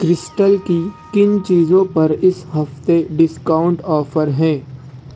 crystal کی کن چیزوں پر اس ہفتے ڈسکاؤنٹ آفر ہے